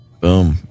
Boom